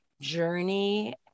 journey